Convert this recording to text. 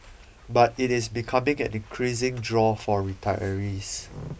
but it is becoming an increasing draw for retirees